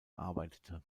arbeitete